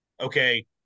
okay –